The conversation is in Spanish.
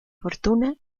fortuna